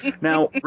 Now